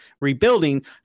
rebuilding